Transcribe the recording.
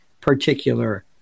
particular